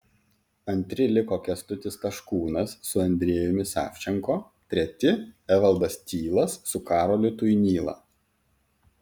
antri liko kęstutis taškūnas su andrejumi savčenko treti evaldas tylas su karoliu tuinyla